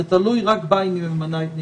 זה תלוי רק בה אם היא ממנה את נציגיהם.